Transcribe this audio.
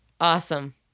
Awesome